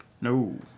No